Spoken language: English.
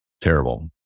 terrible